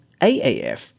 AAF